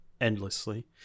endlessly